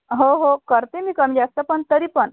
हो हो करते मी कमी जास्त पण तरी पण